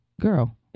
girl